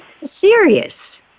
serious